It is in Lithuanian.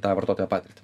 tą vartotojo patirtį